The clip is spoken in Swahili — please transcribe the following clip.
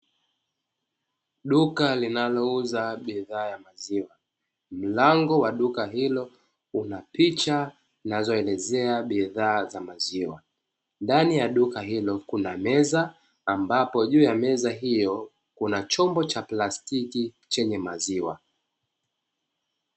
Duka linalouza bidhaa ya maziwa, mlango wa duka hilo kuna picha zinazoelezea bidhaa za maziwa. Ndani ya duka hilo kuna meza ambapo juu ya meza hiyo kuna chombo cha plastiki chenye maziwa.